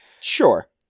Sure